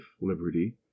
liberty